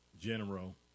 General